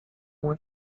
uma